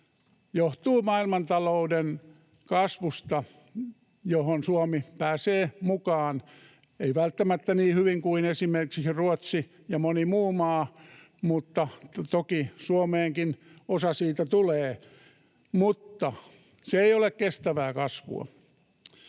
johtuu maailmantalouden kasvusta, johon Suomi pääsee mukaan, ei välttämättä niin hyvin kuin esimerkiksi Ruotsi ja moni muu maa, mutta toki Suomeenkin osa siitä tulee. Mutta se ei ole kestävää kasvua.